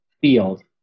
field